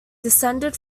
descended